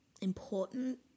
important